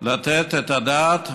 לתת את הדעת,